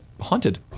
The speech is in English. Haunted